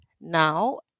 now